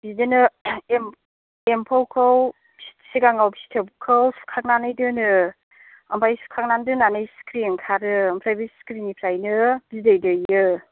बिदिनो एम्फ एम्फौखौ सिगाङाव फिथोबखौ सुखांनानै दोनो ओमफ्राय सुखांनानै दोननानै सिख्रि ओंखारो ओमफ्राय बे सिख्रि निफ्रायनो बिदै दैयो